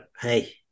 hey